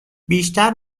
بیشتر